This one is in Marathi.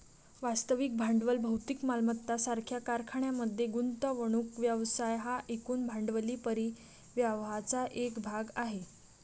वास्तविक भांडवल भौतिक मालमत्ता सारख्या कारखान्यांमध्ये गुंतवणूक व्यवसाय हा एकूण भांडवली परिव्ययाचा एक भाग आहे